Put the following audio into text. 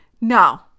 No